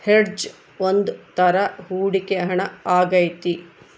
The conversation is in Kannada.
ಹೆಡ್ಜ್ ಒಂದ್ ತರ ಹೂಡಿಕೆ ಹಣ ಆಗೈತಿ